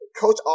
Coach